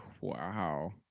Wow